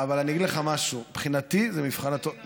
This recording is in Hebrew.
אבל אני אגיד לך משהו: מבחינתי זה מבחן התוצאה,